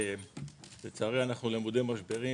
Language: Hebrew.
לצערי, אנחנו למודי משברים.